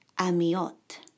Amiot